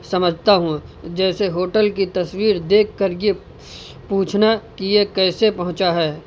سمجھتا ہوں جیسے ہوٹل کی تصویر دیکھ کر یہ پوچھنا کہ یہ کیسے پہنچا ہے